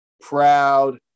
proud